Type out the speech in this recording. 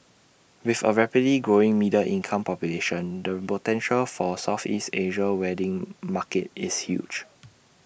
with A rapidly growing middle income population the potential for Southeast Asian wedding market is huge